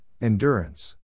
endurance